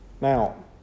Now